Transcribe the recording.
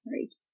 right